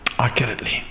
accurately